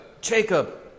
Jacob